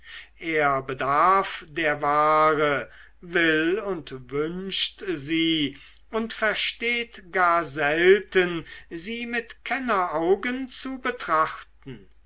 er bedarf der ware will und wünscht sie und versteht gar selten sie mit kenneraugen zu betrachten